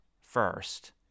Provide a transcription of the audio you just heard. first